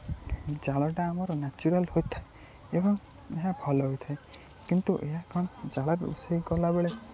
ଜାଳଟା ଆମର ନେଚୁରାଲ୍ ହୋଇଥାଏ ଏବଂ ଏହା ଭଲ ହୋଇଥାଏ କିନ୍ତୁ ଏହା କ'ଣ ଜାଳରେ ରୋଷେଇ କଲାବେଳେ